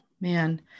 man